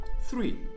Three